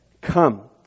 come